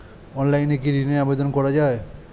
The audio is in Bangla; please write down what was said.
অনলাইনে কি ঋণের আবেদন করা যায়?